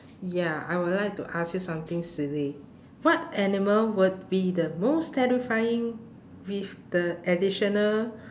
ya I would like to ask you something silly what animal would be the most terrifying with the additional